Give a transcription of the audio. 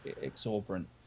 exorbitant